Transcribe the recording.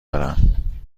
دارم